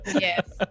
Yes